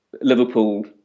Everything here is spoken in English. Liverpool